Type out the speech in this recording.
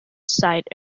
side